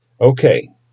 Okay